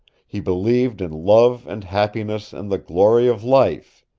he believed in love and happiness and the glory of life,